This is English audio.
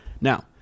now